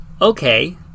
Okay